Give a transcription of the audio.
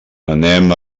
anem